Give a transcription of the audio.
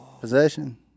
possession